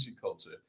culture